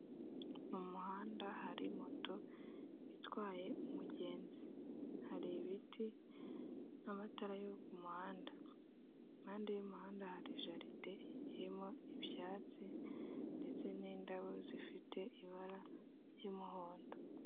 Mu muhanda hari moto itwaye umugenzi, har'ibiti n'amatara yo ku muhanda. Impande y'umuhanda hari jaride irimo ibyatsi ndetse n'indabo zifite ibara ry'umuhondo.